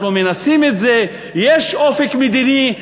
יש אופק מדיני,